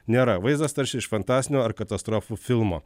nėra vaizdas tarsi iš fantastinio ar katastrofų filmo